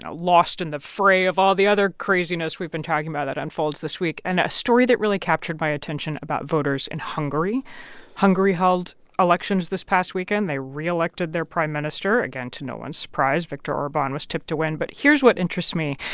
lost in the fray of all the other craziness we've been talking about that unfolds this week. and a story that really captured my attention about voters in hungary hungary held elections this past weekend. they re-elected their prime minister again, to no one's surprise. viktor orban was tipped to win but here's what interests me.